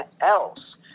else